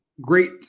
Great